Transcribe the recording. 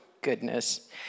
goodness